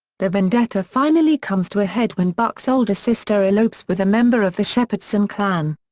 the vendetta finally comes to a head when buck's older sister elopes with a member of the shepherdson clan.